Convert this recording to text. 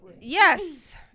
yes